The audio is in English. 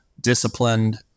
disciplined